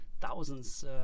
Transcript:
thousands